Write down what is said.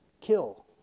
kill